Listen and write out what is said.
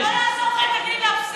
זה לא יעזור שאתה תגיד לי להפסיק,